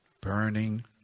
burning